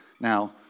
Now